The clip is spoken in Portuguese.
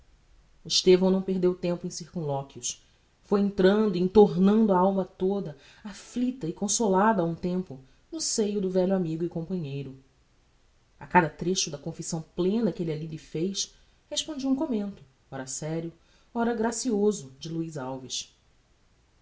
estevão não perdeu tempo em circumloquios foi entrando e entornando a alma toda afflicta e consolada a um tempo no seio do velho amigo e companheiro a cada trecho da confissão plena que elle alli lhe fez respondia um commento ora serio ora gracioso de luiz alves